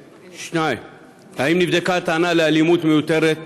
2. אם כן, האם נבדקה הטענה על אלימות מיותרת?